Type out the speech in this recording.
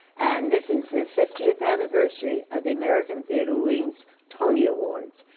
and this is the fiftieth anniversary of the american theatre wing's tony awards.